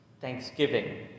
Thanksgiving